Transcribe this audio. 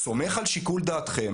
אני סומך על שיקול דעתכם.